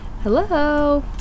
hello